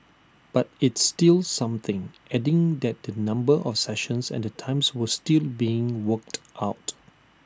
but it's still something adding that the number of sessions and the times were still being worked out